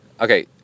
Okay